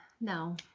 No